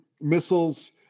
missiles